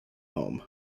home